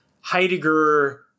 Heidegger